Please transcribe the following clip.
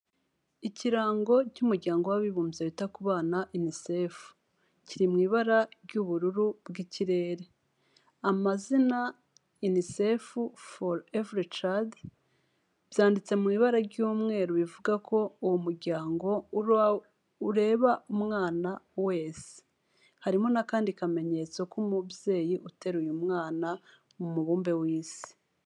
Ikirango cy'umuryango w'abibumbye cyita ku bana UNICEF. Kiri mu ibara ry'ubururu bw'ikirere. Amazina UNICEF for every child byanditse mu ibara ry'umweru bivuga ko uwo muryango ureba umwana wese. Harimo n'akandi kamenyetso k'umubyeyi uteruye mwana mu mubumbe w'Isi.